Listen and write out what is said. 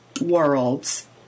Worlds